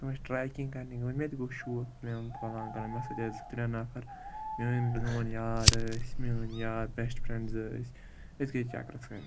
تِم ٲسۍ ٹرٛیکِنٛگ کَرنہِ گٔمٕتۍ مےٚ تہِ گوٚو شوق پلانگ پلانگ کَرن مےٚ سۭتۍ ٲس زٕ ترٛےٚ نفر میٲنۍ یار ٲسۍ میٲنۍ یار بیسٹ فرٛینٛڈ زٕ ٲسۍ أسۍ گٔے چکرَس کَرٕنۍ